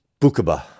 Bukaba